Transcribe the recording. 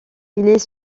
est